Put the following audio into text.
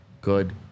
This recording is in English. good